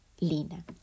Lina